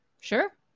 Sure